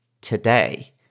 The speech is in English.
today